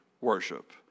worship